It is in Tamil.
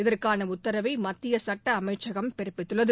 இதற்கான உத்தரவை மத்திய சட்ட அமைச்சகம் பிறப்பித்துள்ளது